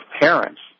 parents